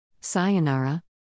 Sayonara